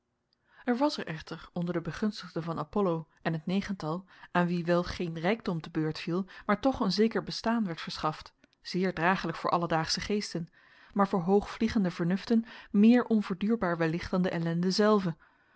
er was er echter onder de begunstigden van apollo en het negental aan wien wel geen rijkdom te beurt viel maar toch een zeker bestaan werd verschaft zeer draaglijk voor alledaagsche geesten maar voor hoogvliegende vernuften meer onverduurbaar wellicht dan de ellende zelve